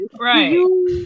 right